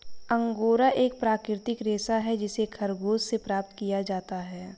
angora एक प्राकृतिक रेशा है जिसे खरगोश से प्राप्त किया जाता है